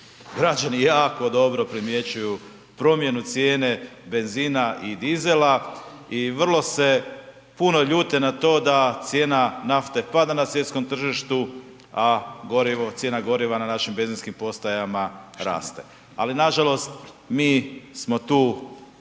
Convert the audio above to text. Građani jako dobro primjećuju promjenu cijene benzina i dizela i vrlo se puno ljute na to da cijena nafte pada na svjetskom tržištu a cijena goriva na našim benzinskim postajama raste, ali nažalost mi smo tu